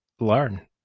learn